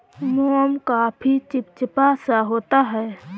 मोम काफी चिपचिपा सा होता है